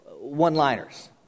one-liners